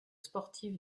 sportif